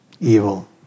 evil